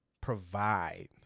provide